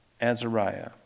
Azariah